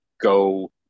go